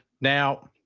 Now